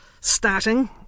starting